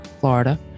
Florida